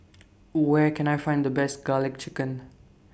Where Can I Find The Best Garlic Chicken